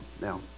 now